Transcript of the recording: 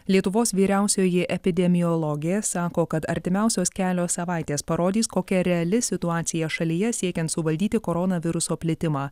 lietuvos vyriausioji epidemiologė sako kad artimiausios kelios savaitės parodys kokia reali situacija šalyje siekiant suvaldyti koronaviruso plitimą